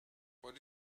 what